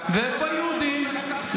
תעשה חוק כזה.